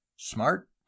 smart